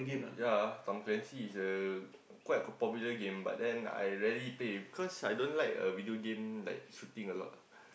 ya Tom-Clancy is a quite a popular game but then I rarely play cause I don't like a video game like shooting a lot ah